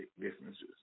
differences